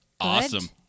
Awesome